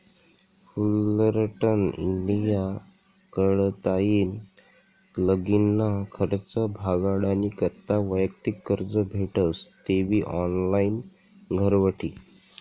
Fullerton India कडताईन लगीनना खर्च भागाडानी करता वैयक्तिक कर्ज भेटस तेबी ऑनलाईन घरबठी